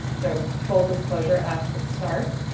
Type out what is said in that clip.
so full disclosure at the start.